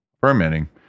fermenting